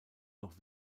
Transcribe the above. noch